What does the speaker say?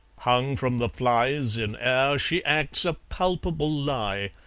hung from the flies in air, she acts a palpable lie,